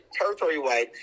territory-wide